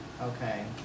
Okay